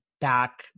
back